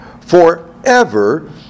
forever